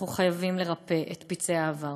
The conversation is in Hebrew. אנחנו חייבים לרפא את פצעי העבר.